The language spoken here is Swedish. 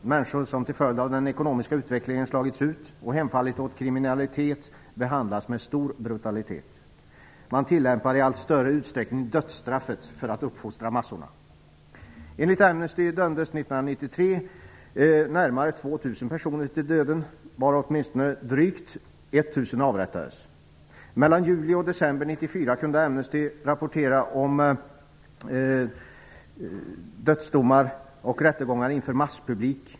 Människor, som till följd av den ekonomiska utvecklingen slagits ut och hemfallit åt kriminalitet, behandlas med stor brutalitet. Man tillämpar i allt större utsträckning dödsstraffet för att uppfostra massorna. Enligt Amnesty dömdes 1993 närmare 2 000 personer till döden, varav åtminstone drygt 1 000 avrättades. Mellan juli och december 1994 kunde Amnesty rapportera om dödsdomar och rättegångar inför masspublik.